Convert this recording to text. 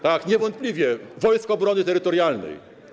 Tak, niewątpliwie, Wojsk Obrony Terytorialnej.